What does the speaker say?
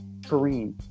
Kareem